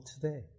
today